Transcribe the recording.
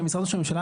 כמשרד ראש הממשלה,